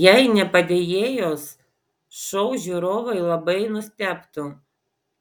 jei ne padėjėjos šou žiūrovai labai nustebtų